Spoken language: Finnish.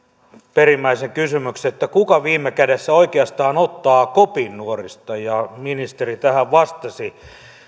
perimmäisen kysymyksen kuka viime kädessä oikeastaan ottaa kopin nuorista ja ministeri tähän vastasi